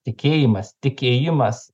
tikėjimas tikėjimas